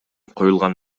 коюлган